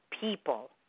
people